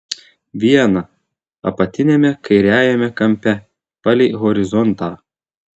viena apatiniame kairiajame kampe palei horizontą